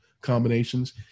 combinations